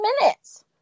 minutes